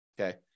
Okay